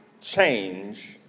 change